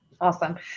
Awesome